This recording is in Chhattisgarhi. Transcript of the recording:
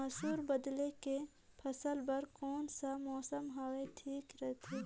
मसुर बदले के फसल बार कोन सा मौसम हवे ठीक रथे?